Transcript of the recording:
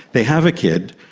they have a kid,